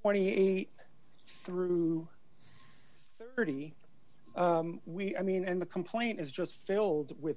twenty eight through thirty we i mean and the complaint is just filled with the